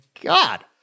God